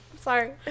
sorry